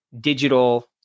digital